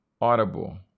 Audible